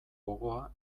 gogoa